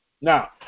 Now